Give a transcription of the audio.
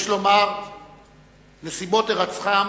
נסיבות הירצחם